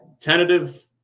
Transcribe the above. tentative